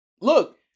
Look